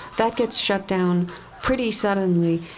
that gets shut down pretty suddenly.